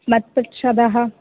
मत्पक्षतः